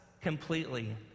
completely